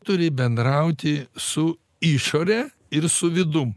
turi bendrauti su išore ir su vidum